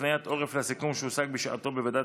הפניית עורף לסיכום שהושג בשעתו בוועדת